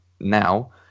now